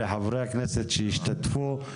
לחברי הכנסת שהשתתפו,